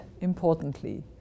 importantly